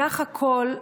סך הכול,